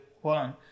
one